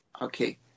Okay